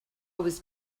was